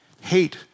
Hate